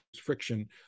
friction